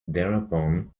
thereupon